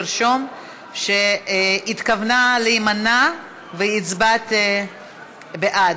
לרשום שהיא התכוונה להימנע והצביעה בעד.